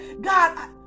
God